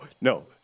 no